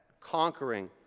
conquering